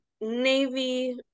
navy